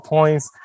Points